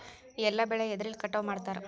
ಎಲ್ಲ ಬೆಳೆ ಎದ್ರಲೆ ಕಟಾವು ಮಾಡ್ತಾರ್?